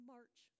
March